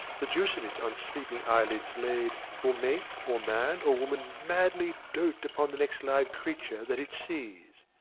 the juice of it on sleeping eyelids laid will make or man or woman madly dote upon the next live creature that it sees.